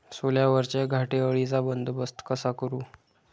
सोल्यावरच्या घाटे अळीचा बंदोबस्त कसा करू?